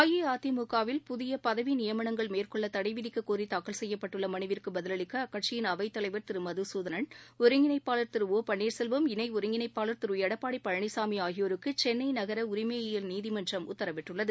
அஇஅதிமுக வில் புதிய பதவி நியமனங்கள் மேற்கொள்ள தடை விதிக்கக் கோரி தாக்கல் செய்யப்பட்டுள்ள மனுவிற்கு பதிலளிக்க அக்கட்சியின் அவைத் தலைவர் திரு மதுசூதனன் ஒருங்கிணைப்பாளர் திரு ஓ பன்னீர் செல்வம் இணை ஒருங்கிணைப்பாளர் திரு எடப்பாடி பழனிசாமி ஆகியோருக்கு சென்னை நகர உரிமையியல் நீதிமன்றம் உத்தரவிட்டுள்ளது